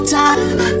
time